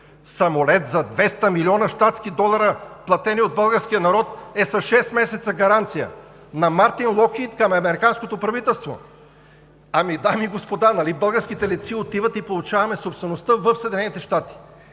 самолет за 200 млн. щатски долара, платени от българския народ, е с шест месеца гаранция, на „Локхийд Мартин“ към американското правителство. Ами, дами и господа, нали българските летци отиват и получаваме собствеността в Съединените щати?!